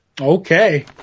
Okay